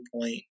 point